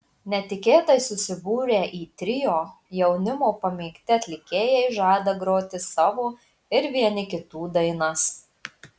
netikėtai susibūrę į trio jaunimo pamėgti atlikėjai žada groti savo ir vieni kitų dainas